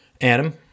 Adam